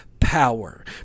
Power